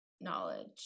knowledge